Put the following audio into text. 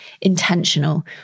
intentional